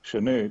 שנית,